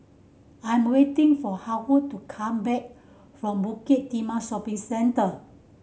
I'm waiting for Haywood to come back from Bukit Timah Shopping Centre